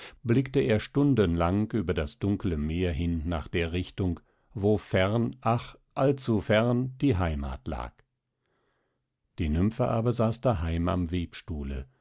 blickte er stundenlang über das dunkele meer hin nach der richtung wo fern ach allzufern die heimat lag die nymphe aber saß daheim am webstuhle